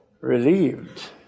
relieved